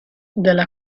della